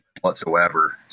whatsoever